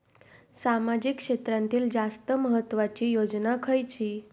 सामाजिक क्षेत्रांतील जास्त महत्त्वाची योजना खयची?